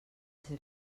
ser